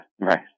Right